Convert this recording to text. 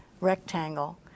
rectangle